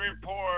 Report